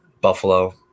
Buffalo